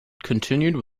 continued